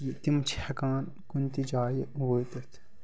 کہِ تِم چھِ ہٮ۪کان کُنہِ تہِ جایہِ وٲتِتھ